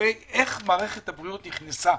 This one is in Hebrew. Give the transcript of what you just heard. לגבי איך מערכת הבריאות נכנסה